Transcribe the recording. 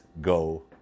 go